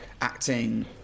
acting